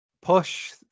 push